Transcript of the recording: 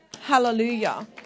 Hallelujah